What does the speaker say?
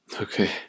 Okay